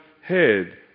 head